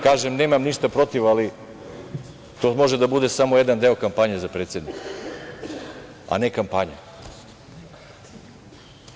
Kažem, nemam ništa protiv, ali to može da bude samo jedan deo kampanje za predsednika, a ne kampanja.